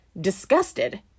disgusted